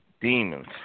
demons